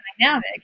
dynamic